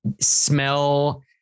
smell